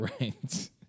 Right